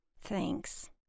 Thanks